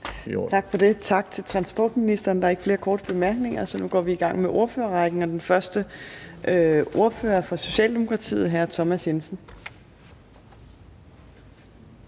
Torp): Tak til transportministeren. Der er ikke flere korte bemærkninger, og så går vi i gang med ordførerrækken. Den første ordfører er fra Socialdemokratiet, og det er hr. Thomas Jensen.